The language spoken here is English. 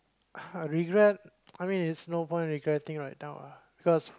uh regret I mean is no point regretting right now ah because